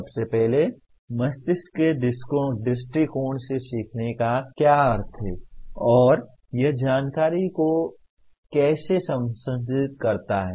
सबसे पहले मस्तिष्क के दृष्टिकोण से सीखने का क्या अर्थ है और यह जानकारी को कैसे संसाधित करता है